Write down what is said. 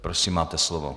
Prosím, máte slovo.